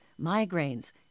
migraines